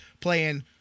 playing